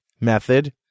method